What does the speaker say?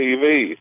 TV